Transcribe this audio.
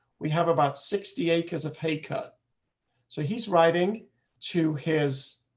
we have about sixty acres of acre, so he's writing to his